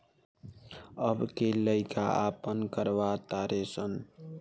अब के लइका आपन करवा तारे सन